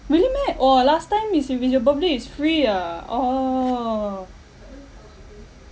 really meh oh last time is your if your birthday is free ah oh